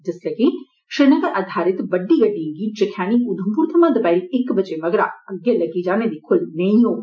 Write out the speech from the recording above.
जिस्सलै कि श्रीनगर अधारित बड्डी गड्डिएं गी जखैनी उधमपुर थमां दपैहरी इक बजे मगरा अग्गै जाने दी खुल्ल नेई होग